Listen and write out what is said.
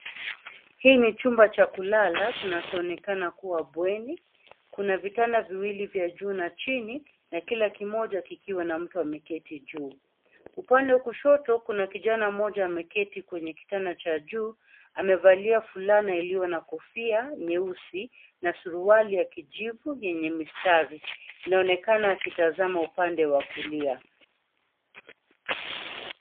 Hii ni chumba cha kulala kinachoonekana kuwa bweni. Kuna vitanda viwili vya juu na chini, na kila kimoja kikiwa na mtu ameketi juu. Upande wa kushoto kuna kijana mmoja ameketi kwenye kitanda cha juu, amevalia fulana iliyo na kofia nyeusi na suruali ya kijivu, yenye mistari. Inaonekana akitazama upande wa kulia.